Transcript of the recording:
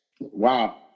Wow